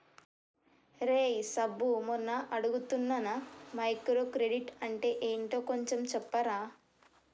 రేయ్ సబ్బు మొన్న అడుగుతున్నానా మైక్రో క్రెడిట్ అంటే ఏంటో కొంచెం చెప్పరా